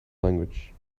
language